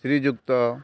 ଶ୍ରୀଯୁକ୍ତ